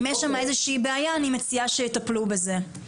אם יש שם איזושהי בעיה אני מציעה שיטפלו בזה.